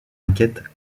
enquête